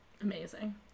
Amazing